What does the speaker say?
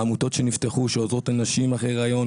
העמותות שנפתחו שעוזרות לנשים אחרי היריון,